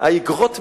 האיגרות מגיעות,